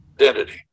identity